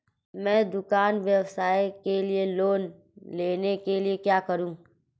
मैं दुकान व्यवसाय के लिए लोंन लेने के लिए क्या करूं?